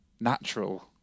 natural